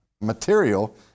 material